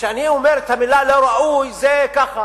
וכשאני אומר את המלה "לא ראוי", זה ככה.